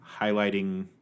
highlighting